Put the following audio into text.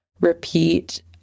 repeat